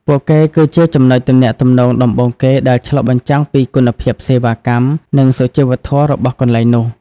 ពួកគេគឺជាចំណុចទំនាក់ទំនងដំបូងគេដែលឆ្លុះបញ្ចាំងពីគុណភាពសេវាកម្ម និងសុជីវធម៌របស់កន្លែងនោះ។